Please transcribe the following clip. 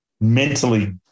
mentally